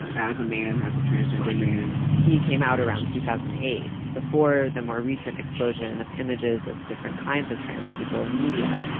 as a man, as a transgender man. he came out around two thousand and eight before the more recent explosion of images of different kinds of trans people in media,